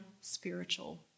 spiritual